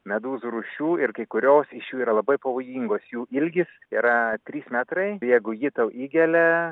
medūzų rūšių ir kai kurios iš jų yra labai pavojingos jų ilgis yra trys metrai jeigu ji tau įgelia